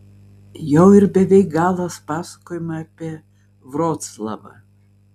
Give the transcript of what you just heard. jau ir beveik galas pasakojimo apie vroclavą